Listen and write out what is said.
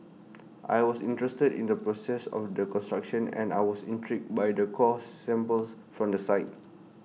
I was interested in the process of the construction and I was intrigued by the core samples from the site